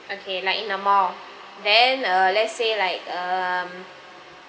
okay like in a mall then err let's say like um